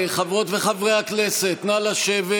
חברות וחברי הכנסת, נא לשבת